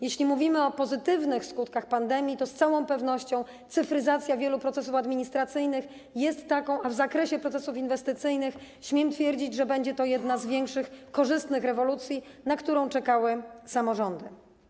Jeśli mówimy o pozytywnych skutkach pandemii, to z całą pewnością cyfryzacja wielu procesów administracyjnych jest takim skutkiem, a w zakresie procesów inwestycyjnych, śmiem twierdzić, będzie to jedna z większych korzystnych rewolucji, na które czekały samorządy.